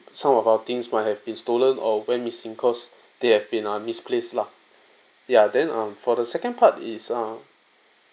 some of our things might have been stolen or went missing cause they have been uh misplaced lah ya then uh for the second part is uh